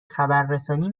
خبررسانی